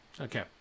Okay